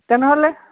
তেনেহ'লে